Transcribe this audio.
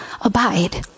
abide